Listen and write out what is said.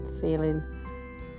feeling